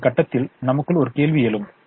எனவே ஒரு கட்டத்தில் நமக்குள் ஒரு கேள்வி எழும்